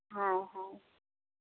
ᱦᱳᱭ ᱦᱳᱭ